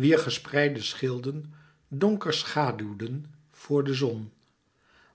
wier gespreide schilden donker schaûwden voor de zon